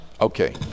Okay